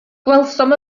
gwelsom